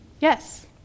Yes